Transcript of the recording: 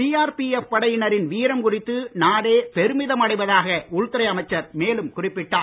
CRPF படையினரின் வீரம் குறித்து நாடே பெருமிதம் அடைவதாக உள்துறை அமைச்சர் மேலும் குறிப்பிட்டார்